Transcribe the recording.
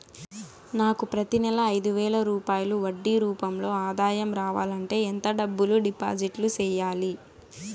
నాకు ప్రతి నెల ఐదు వేల రూపాయలు వడ్డీ రూపం లో ఆదాయం రావాలంటే ఎంత డబ్బులు డిపాజిట్లు సెయ్యాలి?